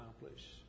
accomplish